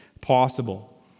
possible